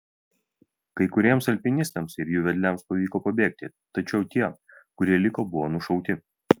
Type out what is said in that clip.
kai kuriems alpinistams ir jų vedliams pavyko pabėgti tačiau tie kurie liko buvo nušauti